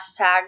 hashtag